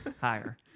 Higher